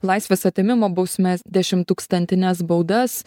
laisvės atėmimo bausmes dešimtūkstantines baudas